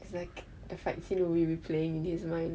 exactly the fact is he'll only be playing in his mind like